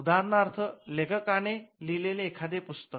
उदाहरणार्थ लेखकाने लिहिलेले एखादे पुस्तक